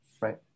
Right